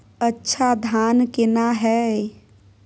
अच्छा धान केना हैय?